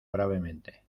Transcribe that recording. gravemente